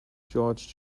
george